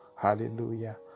Hallelujah